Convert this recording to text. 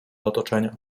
otoczenia